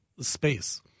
space